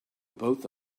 both